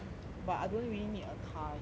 but I don't really need a car you get what I mean